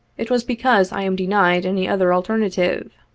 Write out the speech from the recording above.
it was because i am denied any other alternative.